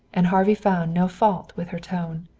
and harvey found no fault with her tone.